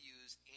use